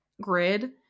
grid